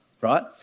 right